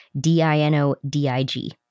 D-I-N-O-D-I-G